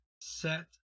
set